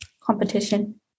competition